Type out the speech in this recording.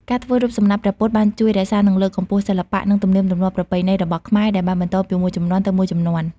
ការធ្វើរូបសំណាកព្រះពុទ្ធបានជួយរក្សានិងលើកកម្ពស់សិល្បៈ និងទំនៀមទម្លាប់ប្រពៃណីរបស់ខ្មែរ ដែលបានបន្តពីមួយជំនាន់ទៅមួយជំនាន់។